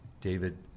David